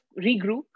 regroup